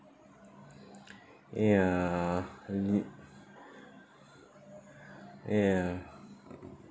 ya really ya